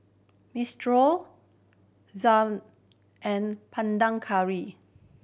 Minestrone and Panang Curry